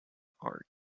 are